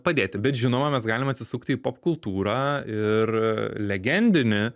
padėti bet žinoma mes galim atsisukti į popkultūrą ir legendinį